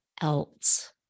else